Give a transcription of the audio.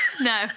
No